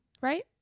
right